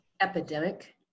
epidemic